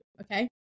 okay